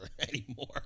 anymore